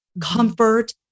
comfort